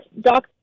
Doc